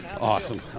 Awesome